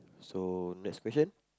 so next question